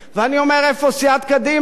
ואני אומר: איפה סיעת קדימה?